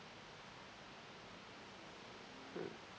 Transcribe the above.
mm